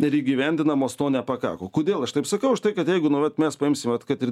ir įgyvendinamos to nepakako kodėl aš taip sakau užtai kad jeigu nu vat mes paimsim vat kad ir